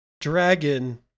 Dragon